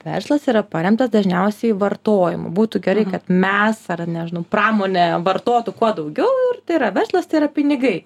verslas yra paremtas dažniausiai vartojimu būtų gerai kad mes nežinau pramonė vartotų kuo daugiau ir tai yra verslas tai yra pinigai